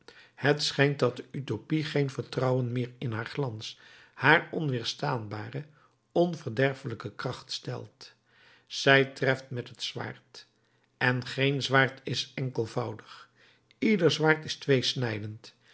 het schijnt dat de utopie geen vertrouwen meer in haar glans haar onweerstaanbare onverderfelijke kracht stelt zij treft met het zwaard en geen zwaard is enkelvoudig ieder zwaard is